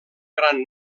gran